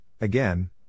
again